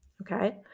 okay